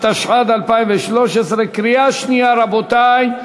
התשע"ד 2013, קריאה שנייה, רבותי.